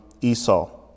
Esau